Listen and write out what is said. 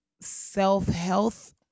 self-health